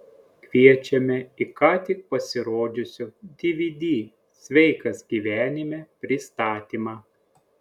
kviečiame į ką tik pasirodžiusio dvd sveikas gyvenime pristatymą